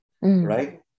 right